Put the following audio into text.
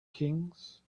kings